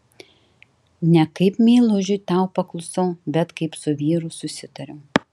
ne kaip meilužiui tau paklusau bet kaip su vyru susitariau